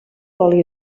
oli